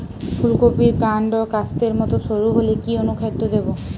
ফুলকপির কান্ড কাস্তের মত সরু হলে কি অনুখাদ্য দেবো?